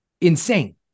Insane